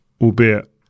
albeit